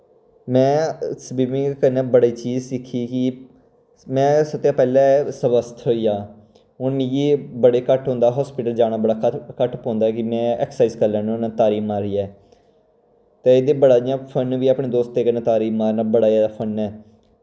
में सविमिंग कन्नै बड़े चीज सिक्खी कि में सबतो पैह्लै स्वस्थ होई गेआ हून मिगी एह् बड़े घट्ट होंदा हास्पिटल जाना बड़ा घर घट्ट पौंदा कि में एक्सरसाइज करी लैन्ना होन्ना तारी मारियै ते इदे बड़ा इ'यां एह् फन वी अपने दोस्तें कन्नै तारी मारना बड़ा जादा फन ऐ